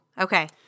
Okay